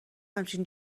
همچین